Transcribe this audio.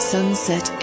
Sunset